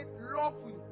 lawfully